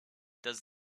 does